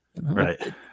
Right